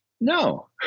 No